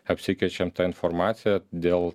apsikeičiam ta informacija dėl